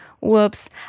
whoops